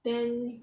then